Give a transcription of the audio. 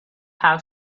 have